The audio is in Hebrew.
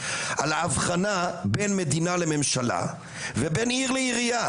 על האבחנה בין מדינה לממשלה ובין עיר לעירייה,